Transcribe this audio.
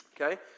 okay